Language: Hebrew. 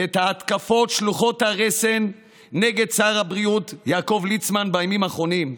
את ההתקפות שלוחות הרסן נגד שר הבריאות יעקב ליצמן בימים האחרונים.